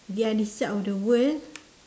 the other side of the world